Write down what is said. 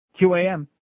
QAM